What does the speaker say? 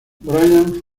brian